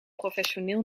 professioneel